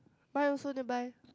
mine also nearby